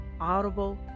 Audible